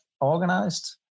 organized